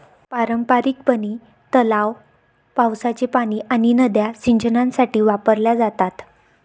पारंपारिकपणे, तलाव, पावसाचे पाणी आणि नद्या सिंचनासाठी वापरल्या जातात